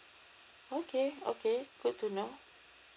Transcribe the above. okay okay good to know